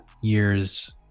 years